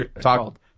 Talk